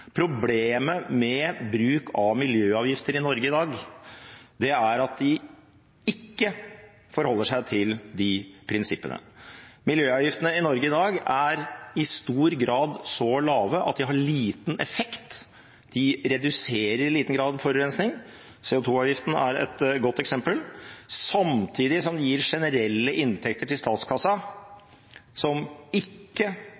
Problemet med bruk av miljøavgifter i Norge i dag, er at de ikke forholder seg til de prinsippene. Miljøavgiftene i Norge i dag er i stor grad så lave at de har liten effekt. De reduserer forurensning i liten grad, CO 2 -avgiften er et godt eksempel, samtidig som de gir generelle inntekter til